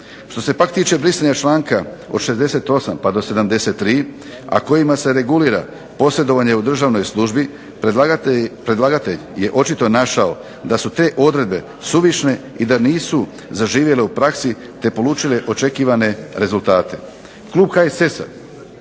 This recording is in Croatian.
Što se pak tiče brisanja članka od 68. pa do 73. a kojima se regulira posredovanje u državnoj službi predlagatelj je očito našao da su te odredbe suvišne i da nisu zaživjele u praksi te polučile očekivane rezultate. Klub HSS-a